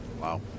Wow